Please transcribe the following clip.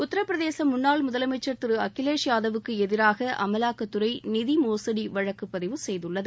உத்தரப்பிரதேச முன்னாள் முதலமைச்சர் திரு அகிலேஷ் யாதவுக்கு எதிராக அமலாக்கத்துறை நிதிமோசடி வழக்குப்பதிவு செய்துள்ளது